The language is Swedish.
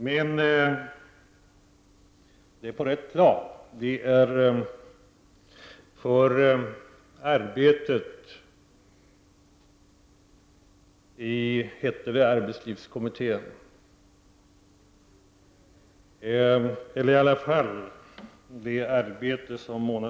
Men det är en beundran på rätt plan. Jag beundrar henne för hennes arbete i arbetstidskommittén.